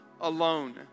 alone